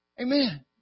Amen